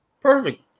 Perfect